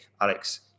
Alex